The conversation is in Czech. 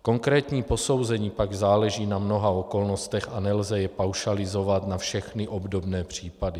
Konkrétní posouzení pak záleží na mnoha okolnostech a nelze jej paušalizovat na všechny obdobné případy.